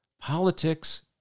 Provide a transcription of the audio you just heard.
politics